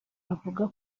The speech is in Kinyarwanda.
avuga